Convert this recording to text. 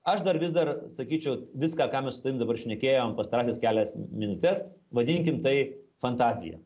aš dar vis dar sakyčiau viską ką mes su tavim dabar šnekėjom pastarąsias kelias minutes vadinkim tai fantazija